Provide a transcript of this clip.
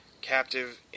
captive